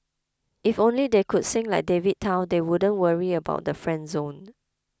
if only they could sing like David Tao they wouldn't worry about the friend zone